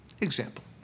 Example